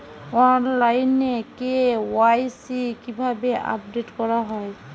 অনলাইনে কে.ওয়াই.সি কিভাবে আপডেট করা হয়?